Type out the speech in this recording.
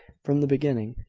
from the beginning,